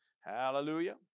hallelujah